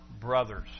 brothers